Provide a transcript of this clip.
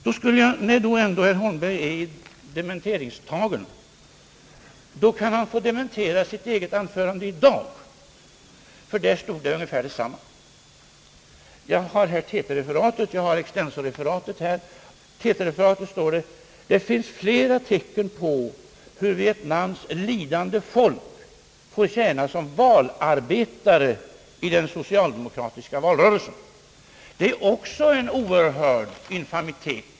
När herr Holmberg ändå befinner sig i dementeringstagen kan han också få dementera sitt eget anförande i dag, ty i detta sades ungefär detsamma som jag ovan återgett. I TT-referatet står följande: »Det finns flera tecken på hur Vietnams lidande folk får tjäna som valarbetare vid den socialdemokratiska valrörelsen.» Detta är likaså en oerhörd infamitet.